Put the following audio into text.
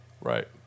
Right